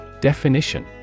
Definition